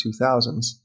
2000s